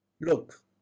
Look